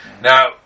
Now